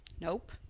Nope